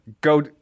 go